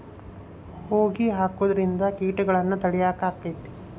ಹೊಗಿ ಹಾಕುದ್ರಿಂದ ಕೇಟಗೊಳ್ನ ತಡಿಯಾಕ ಆಕ್ಕೆತಿ?